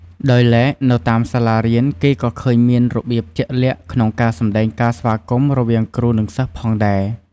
ដោយឡែក នៅតាមសាលារៀន គេក៏ឃើញមានរបៀបជាក់លាក់ក្នុងការសម្ដែងការស្វាគមន៍ រវាងគ្រូ និងសិស្សផងដែរ។